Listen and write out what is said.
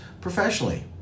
professionally